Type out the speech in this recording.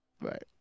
Right